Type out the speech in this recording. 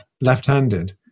left-handed